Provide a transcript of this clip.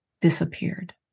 disappeared